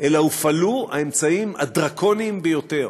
אלא הופעלו האמצעים הדרקוניים ביותר